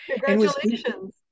Congratulations